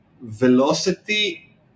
velocity